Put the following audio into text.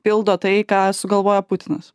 pildo tai ką sugalvojo putinas